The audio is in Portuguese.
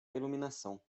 iluminação